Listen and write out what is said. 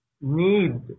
need